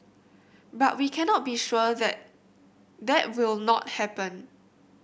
but we cannot be sure that that will not happen